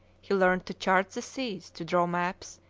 he learnt to chart the seas, to draw maps,